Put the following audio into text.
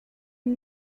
une